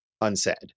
unsaid